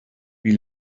wie